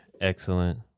excellent